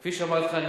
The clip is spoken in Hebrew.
כפי שאמרתי לך,